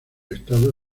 estado